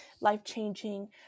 life-changing